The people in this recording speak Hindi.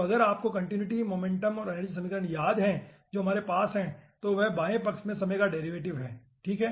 तो अगर आपको कंटीन्यूटी मोमेंटम और एनर्जी समीकरण याद हैं जो हमारे पास हैं तो वे बाएं पक्ष में समय का डेरिवेटिव हैं ठीक है